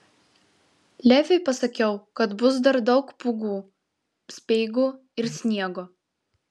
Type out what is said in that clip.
leviui pasakiau kad bus dar daug pūgų speigų ir sniego